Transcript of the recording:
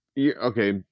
okay